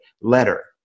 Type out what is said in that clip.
letter